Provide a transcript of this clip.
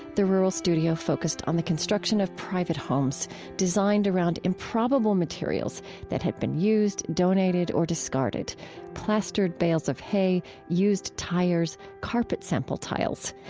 the rural studio focused on the construction of private homes designed around improbable materials that had been used, donated, or discarded plastered bales of hay, used tires, carpet sample tiles.